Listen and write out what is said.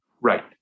Right